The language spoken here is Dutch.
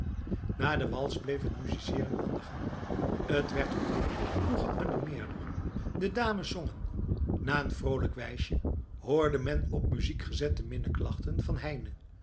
na de wals bleef het musiceren aan de gang t werd hoe langer hoe geanimeerder de dames zongen na een vrolijk wijsje hoorde men op muziek gezette minneklachten van heine